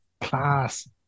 Class